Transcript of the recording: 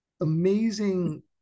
amazing